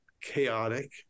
chaotic